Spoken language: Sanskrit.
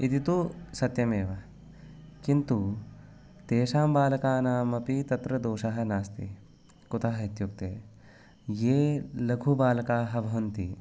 इति तु सत्यमेव किन्तु तेषां बालकानामपि तत्र दोषः नास्ति कुतः इत्युक्ते ये लघु बालकाः भवन्ति